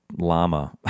llama